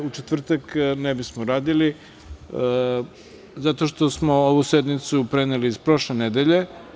U četvrtak ne bismo radili, zato što smo ovu sednicu preneli iz prošle nedelje.